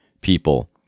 people